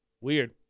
Weird